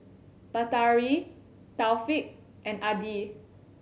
Batari Taufik and Adi